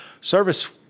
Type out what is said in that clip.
service